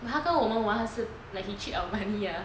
like 他跟我们玩他是 like cheat our money lah